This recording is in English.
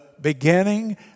beginning